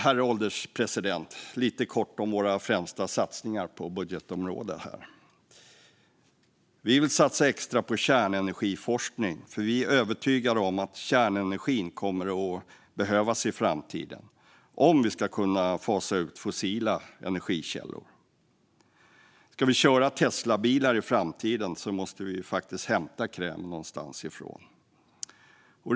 Slutligen vill tala lite kort om våra främsta satsningar på budgetområdet. Vi vill satsa extra på kärnenergiforskning, för vi är övertygade om att kärnenergin kommer att behövas i framtiden om vi ska kunna fasa ut fossila energikällor. Ska vi köra Teslabilar i framtiden måste vi faktiskt hämta krämen någonstans ifrån.